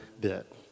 bit